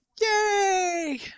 Yay